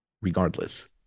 regardless